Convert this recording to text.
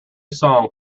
song